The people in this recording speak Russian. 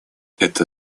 эта